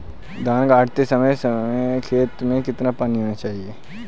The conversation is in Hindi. धान गाड़ते समय खेत में कितना पानी होना चाहिए?